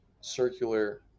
circular